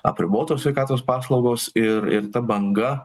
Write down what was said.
apribotos sveikatos paslaugos ir ir ta banga